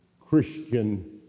Christian